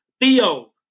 Theo